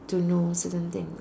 to know certain thing